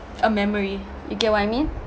a memory you get what I mean